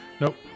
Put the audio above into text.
nope